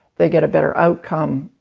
they get a better outcome.